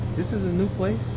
this is a new place?